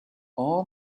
all